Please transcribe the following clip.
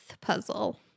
puzzle